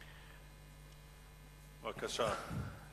בבקשה.